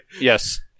Yes